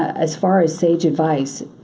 as far as sage advice,